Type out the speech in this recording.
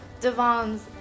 Devon's